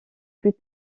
plus